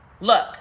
Look